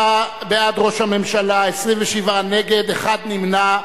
47 בעד ראש הממשלה, 27 נגד, אחד נמנע.